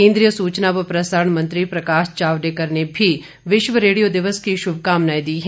केन्द्रीय सूचना व प्रसारण मंत्री प्रकाश जावड़ेकर ने विश्व रेडियो दिवस की शुभकामनाएं दी है